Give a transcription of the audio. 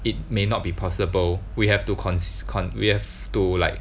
it may not be possible we have to con~ cons~ we have to like